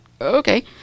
okay